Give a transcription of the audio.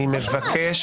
אני מבקש